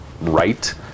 right